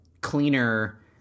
cleaner